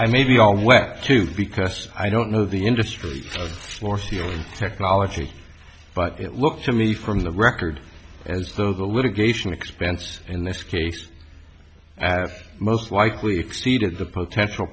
i maybe don't want to because i don't know the industry technology but it looks to me from the record as though the litigation expense in this case most likely exceeded the potential